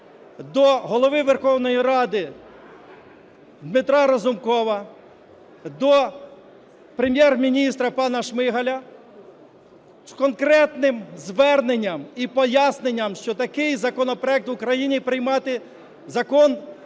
до Голови Верховної Ради Дмитра Разумкова, до Прем'єр-міністра пана Шмигаля з конкретним зверненням і поясненням, що такий законопроект в Україні приймати… закон як закон